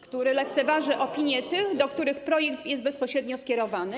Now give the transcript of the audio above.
który lekceważy opinię tych, do których projekt jest bezpośrednio skierowany.